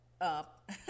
up